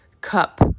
cup